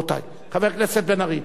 רבותי, חבר הכנסת בן-ארי.